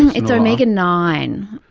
it's omega nine.